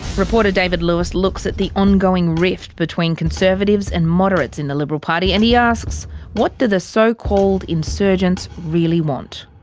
reporter david lewis looks at the ongoing rift between conservatives and moderates in the liberal party and he asks what do the so-called insurgents really want?